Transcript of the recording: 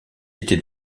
était